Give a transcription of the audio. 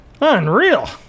Unreal